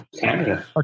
Canada